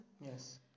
Yes